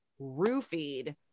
roofied